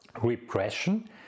Repression